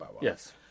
Yes